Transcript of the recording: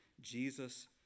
Jesus